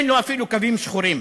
אין לו אפילו קווים שחורים.